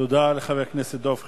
תודה לחבר הכנסת דב חנין.